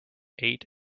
eight